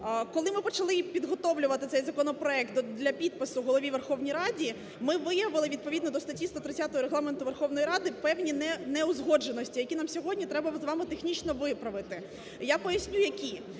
Коли ми почали підготовлювати цей законопроект для підпису Голові Верховної Ради, ми виявили відповідно до статті 130 Регламенту Верховної Ради певні неузгодженості, які нам сьогодні треба з вами технічно виправити. Я поясню які.